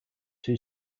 two